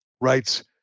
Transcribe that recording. writes